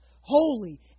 holy